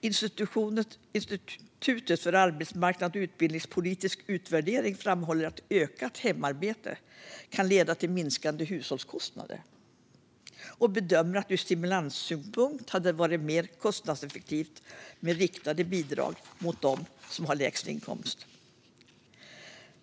Institutet för arbetsmarknads och utbildningspolitisk utvärdering framhåller att ökat hemarbete kan leda till minskade hushållsutgifter och bedömer att det ur stimulanssynpunkt hade varit mer kostnadseffektivt med riktade bidrag till dem som har lägst inkomst.